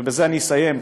ובזה אני אסיים,